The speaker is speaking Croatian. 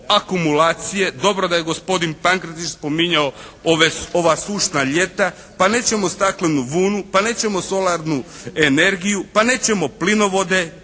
Dobro da je gospodin Pankretić spominjao ova sušna ljeta. Pa nećemo staklenu vunu, pa nećemo solarnu energiju, pa nećemo plinovode